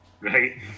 right